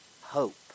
hope